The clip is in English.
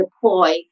deploy